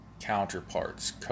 counterparts